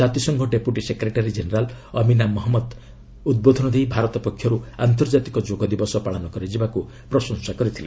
କାତିସଂଘ deputy secretary general Amina Mohammed ଉଦ୍ବୋଧନ ଦେଇ ଭାରତ ପକ୍ଷରୁ ଆନ୍ତର୍ଜାତିକ ଯୋଗ ଦିବସ ପାଳନ କରାଯିବାକୁ ପ୍ରଶଂସା କରିଥିଲେ